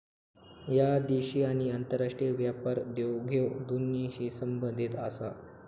ह्या देशी आणि आंतरराष्ट्रीय व्यापार देवघेव दोन्हींशी संबंधित आसा